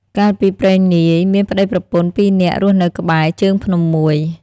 កាលពីព្រេងនាយ មានប្តីប្រពន្ធពីរនាក់រស់នៅក្បែរ ជើងភ្នំមួយ ។